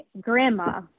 grandma